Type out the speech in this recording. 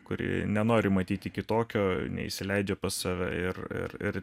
kuri nenori matyti kitokio neįsileidžia pas save ir ir ir